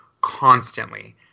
constantly